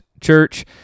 church